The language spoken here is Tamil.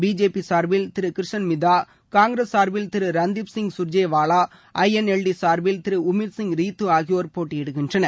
பிஜேபி சார்பில் திரு கிருஷன் மித்தா காங்கிரஸ் சார்பில் Thiru Randeep Singh Surjewala INLD சார்பில் திரு உமீத் சிங் ரீது ஆகியோர் போட்டியிடுகின்றனர்